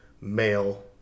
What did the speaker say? male